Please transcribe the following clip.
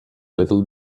little